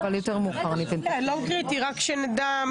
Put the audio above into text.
לא קריטי, רק שנדע.